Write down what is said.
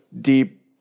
deep